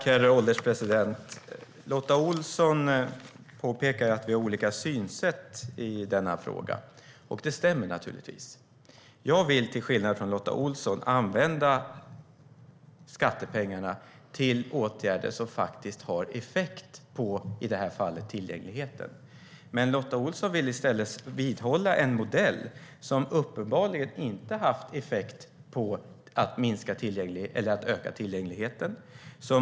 Herr ålderspresident! Lotta Olsson påpekar att vi har olika synsätt i denna fråga. Det stämmer naturligtvis. Jag vill till skillnad från Lotta Olsson använda skattepengarna till åtgärder som faktiskt har effekt på, i det här fallet, tillgängligheten. Lotta Olsson vill i stället vidhålla en modell som uppenbarligen inte har haft effekt på att öka tillgängligheten.